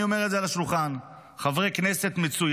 אני אומר את זה על השולחן: חברי כנסת מצוינים,